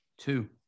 Two